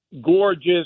gorgeous